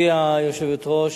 גברתי היושבת-ראש,